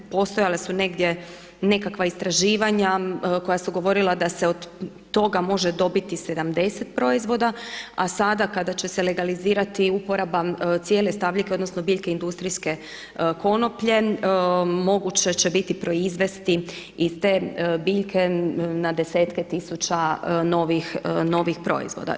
Postojale su negdje nekakva istraživanja koja su govorila da se od toga može dobiti 70 proizvoda, a sada kada će se legalizirati uporaba cijele stabljike, odnosno biljke industrijske konoplje, moguće će biti proizvesti iz te biljke na desetke tisuća novih proizvoda.